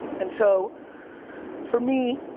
and so for me,